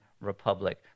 Republic